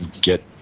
get